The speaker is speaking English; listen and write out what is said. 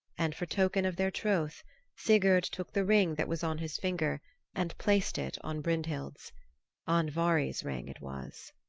and for token of their troth sigurd took the ring that was on his finger and placed it on brynhild's andvari's ring it was.